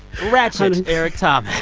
ratchet eric thomas?